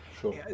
Sure